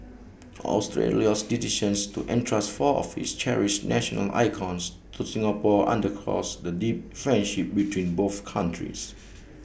Australia's decision to entrust four of its cherished national icons to Singapore underscores the deep friendship between both countries